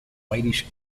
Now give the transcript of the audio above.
whitish